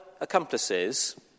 accomplices